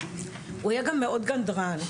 הוא היה גם מאוד גנדרן.